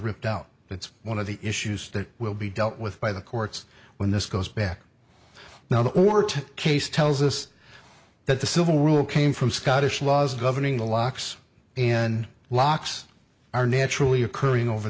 ripped out it's one of the issues that will be dealt with by the courts when this goes back now the order to case tells us that the civil rule came from scottish laws governing the locks and locks are naturally occurring over